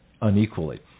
unequally